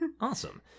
awesome